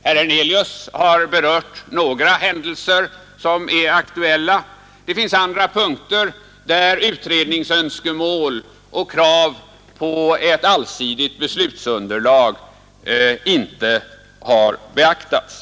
Herr Hernelius har berört några händelser som är aktuella; Nr 77 det finns andra punkter, där utredningsönskemål och krav på ett allsidigt Onsdagen den beslutsunderlag inte har beaktats.